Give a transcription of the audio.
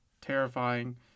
terrifying